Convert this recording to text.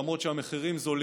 למרות שהמחירים נמוכים.